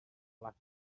flash